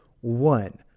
one